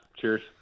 Cheers